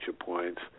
points